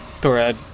Thorad